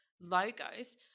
logos